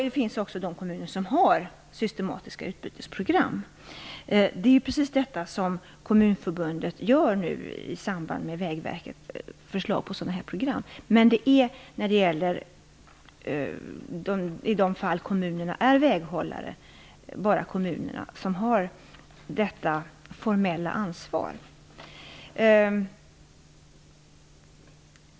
Det finns också de kommuner som har systematiska utbytesprogram. Det är förslag till sådana program som Kommunförbundet nu utarbetar i samverkan med Vägverket. Men i de fall där kommunerna är väghållare är det bara kommunerna som har det formella ansvaret.